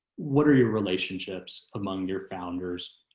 what are your relationships among your founders,